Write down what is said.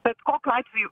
bet kokiu atveju